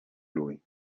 lui